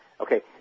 Okay